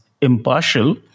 impartial